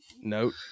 note